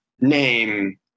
name